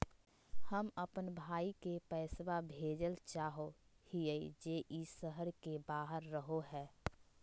हम अप्पन भाई के पैसवा भेजल चाहो हिअइ जे ई शहर के बाहर रहो है